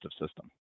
system